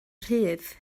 rhydd